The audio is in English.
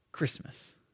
Christmas